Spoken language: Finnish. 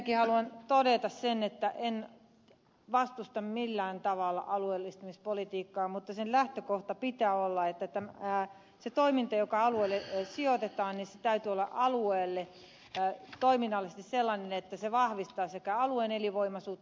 ensinnäkin haluan todeta sen että en vastusta millään tavalla alueellistamispolitiikkaa mutta sen lähtökohtana pitää olla että sen toiminnan joka alueelle sijoitetaan täytyy olla toiminnallisesti sellaista että se vahvistaa alueen elinvoimaisuutta